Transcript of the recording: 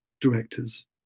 directors